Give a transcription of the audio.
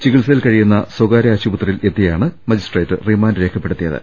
ചികിത്സ യിൽ കഴിയുന്ന സ്ഥകാര്യ ആശുപത്രിയിൽ എത്തിയാണ് മജിസ്ട്രേറ്റ് റിമാൻഡ് രേഖപ്പെടുത്തിയത്